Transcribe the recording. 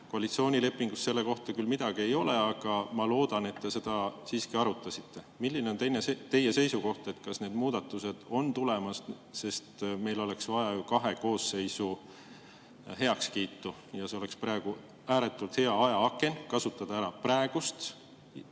Koalitsioonilepingus selle kohta küll midagi ei ole, aga ma loodan, et te seda siiski arutasite. Milline on teie seisukoht, kas need muudatused on tulemas? Meil oleks vaja kahe koosseisu heakskiitu ja see oleks praegu ääretult hea ajaaken kasutada ära praegust